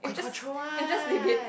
can control one